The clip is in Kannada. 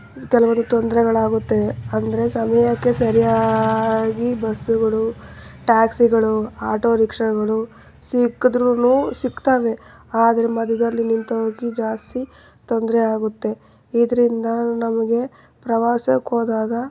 ಕೆಲ್ವೊಂದು ತೊಂದ್ರೆಗಳು ಆಗುತ್ತೆ ಅಂದರೆ ಸಮಯಕ್ಕೆ ಸರಿಯಾಗಿ ಬಸ್ಸುಗಳು ಟ್ಯಾಕ್ಸಿಗಳು ಆಟೋ ರಿಕ್ಷಾಗಳು ಸಿಕ್ದ್ರೂ ಸಿಗ್ತಾವೆ ಆದರೆ ಮಧ್ಯದಲ್ಲಿ ನಿಂತು ಹೋಗಿ ಜಾಸ್ತಿ ತೊಂದರೆ ಆಗುತ್ತೆ ಇದರಿಂದ ನಮಗೆ ಪ್ರವಾಸಕ್ಕೆ ಹೋದಾಗ